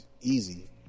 Easy